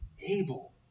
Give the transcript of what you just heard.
able